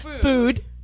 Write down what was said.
food